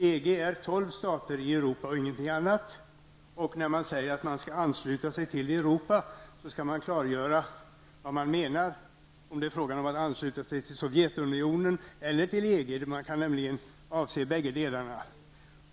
EG är tolv stater i Europa, ingenting annat. När man säger att vi skall ansluta oss till Europa skall man klargöra vad man menar, om det är fråga om att ansluta sig till Sovjetunionen eller till EG. Man kan nämligen mena båda delarna.